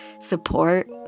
support